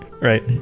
right